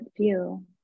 view